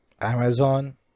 Amazon